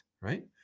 right